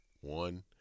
one